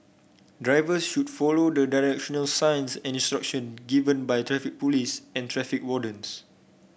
drivers should follow the directional signs and instruction given by the Traffic Police and traffic wardens